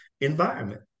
environment